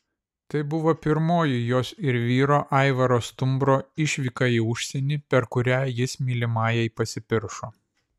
tai buvo pirmoji jos ir vyro aivaro stumbro išvyka į užsienį per kurią jis mylimajai pasipiršo